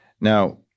Now